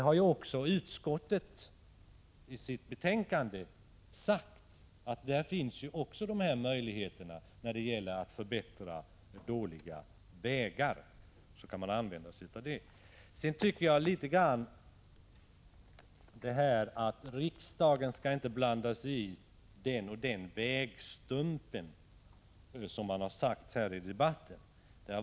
Också utskottet har i sitt betänkande sagt att det finns möjligheter att använda sig av beredskapsmedel för att förbättra dåliga vägar. Riksdagen skall inte blanda sig i skötseln av den ena eller andra ”vägstumpen”, har det sagts i denna debatt.